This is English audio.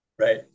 Right